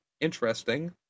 Interesting